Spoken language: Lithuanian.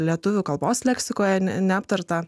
lietuvių kalbos leksikoje neaptartą